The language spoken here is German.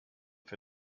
für